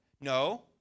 no